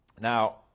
Now